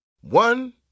One